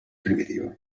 primitiva